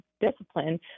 discipline